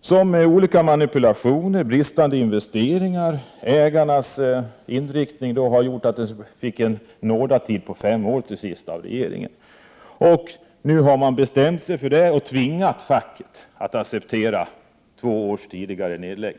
som på grund av olika manipulationer, bristande investeringar, ägarnas inriktning, till sist fick en nådatid på fem år av regeringen, men att facket nu tvingats att acceptera en nedläggning två år tidigare.